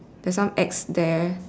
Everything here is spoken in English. there's some X there